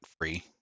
free